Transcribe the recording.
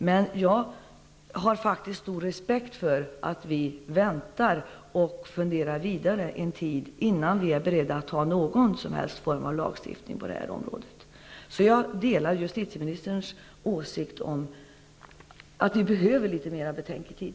Men jag har stor respekt för att vi skall vänta och fundera vidare en tid, innan vi är beredda att fatta beslut om någon form av lagstiftning på detta område. Jag delar justitieministerns åsikt om att vi behöver litet mera betänketid.